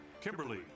Kimberly